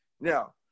Now